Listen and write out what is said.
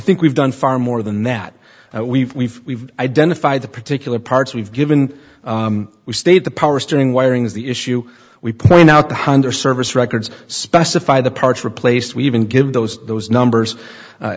think we've done far more than that we've we've we've identified the particular parts we've given we stayed the power steering wiring is the issue we point out the one hundred service records specify the parts replaced we even give those those numbers